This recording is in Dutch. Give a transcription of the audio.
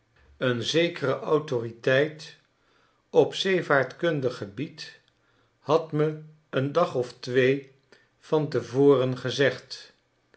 een zekere autoriteit op zeevaartkundig gebied had me een dag of twee van te voren gezegd